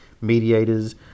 mediators